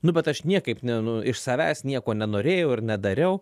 nu bet aš niekaip ne nu iš savęs nieko nenorėjau ir nedariau